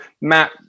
Matt